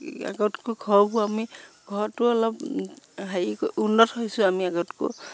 আগতকৈ ঘৰবোৰ আমি ঘৰটো অলপ হেৰি কৰি উন্নত হৈছোঁ আমি আগতকৈ